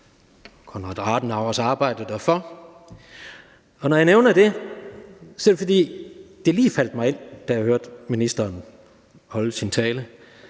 Konrad Adenauer arbejdede derfor. Når jeg nævner det, er det, fordi det lige faldt mig ind, da jeg hørte ministeren holde sin tale,